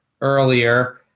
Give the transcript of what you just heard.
earlier